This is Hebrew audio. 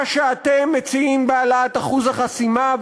מה שאתם מציעים בהעלאת אחוז החסימה,